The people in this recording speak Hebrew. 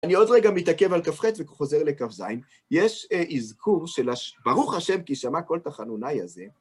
אני עוד רגע מתעכב על כ"ח וחוזר לכ"ז. יש אזכור של, ברוך השם, כי שמע קולטה חנונאי הזה,